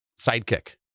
sidekick